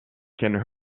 can